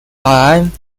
diane